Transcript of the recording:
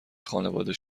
خانواده